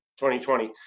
2020